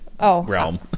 realm